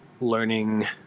learning